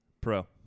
Pro